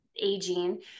Aging